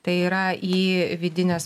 tai yra į vidinės